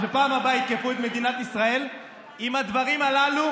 וכשבפעם הבאה יתקפו את מדינת ישראל עם הדברים הללו,